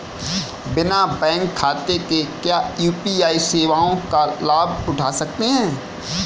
बिना बैंक खाते के क्या यू.पी.आई सेवाओं का लाभ उठा सकते हैं?